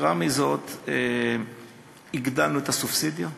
יתרה מזאת, הגדלנו את הסובסידיה.